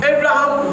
Abraham